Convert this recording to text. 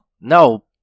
No